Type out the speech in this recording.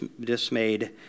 dismayed